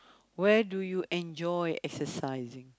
where do you enjoy exercising